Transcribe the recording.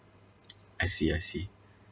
I see I see